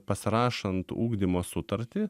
pasirašant ugdymo sutartį